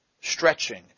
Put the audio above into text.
stretching